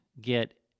get